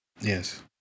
Yes